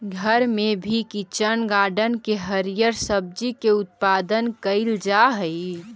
घर में भी किचन गार्डन में हरिअर सब्जी के उत्पादन कैइल जा हई